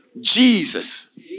Jesus